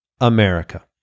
America